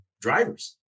drivers